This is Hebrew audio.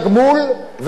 והתגמול הוא לא רק בכסף.